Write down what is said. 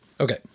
Okay